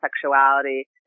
sexuality